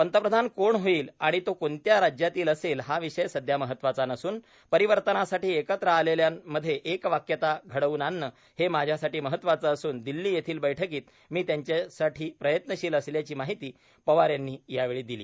पंतप्रधान कोण होईल आणि तो कोणत्या राज्यातील असेल हा विषय सध्या महत्त्वाचा नसून परिवर्तनासाठी एकत्र आलेल्यांमध्ये एकवाक्यता घडवून आणणे हे माझ्यासाठी महत्त्वाचे असून दिल्ली येथील बैठकीत मी त्यासाठी प्रयत्शील असल्याची माहिती पवार यांनी यावेळी दिली